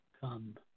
come